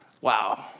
Wow